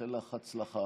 מאחל לך הצלחה.